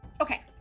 Okay